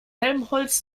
helmholtz